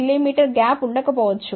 1 mm gap ఉండకపోవచ్చు